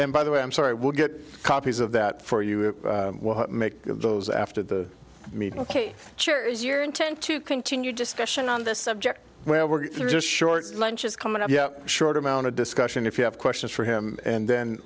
and by the way i'm sorry we'll get copies of that for you make those after the meeting ok sure is your intent to continue discussion on this subject well we're just short lunch is coming up yeah short amount of discussion if you have questions for him and then